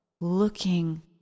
looking